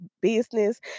business